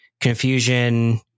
confusion